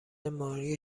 مالی